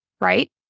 right